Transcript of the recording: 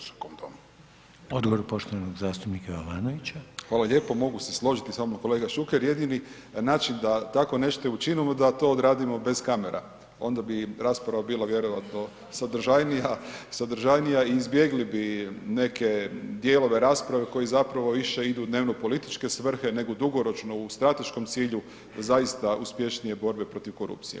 Hvala lijepo, mogu se složiti s vama kolega Šuker, jedini način da tako nešto i učinimo da to odradimo bez kamera, onda bi rasprava bila vjerojatno sadržajnija, sadržajnija i izbjegli bi neke dijelove rasprave koji zapravo više idu u dnevno političke svrhe nego dugoročno u strateškom cilju zaista uspješnije borbe protiv korupcije.